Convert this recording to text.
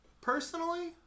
personally